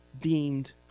deemed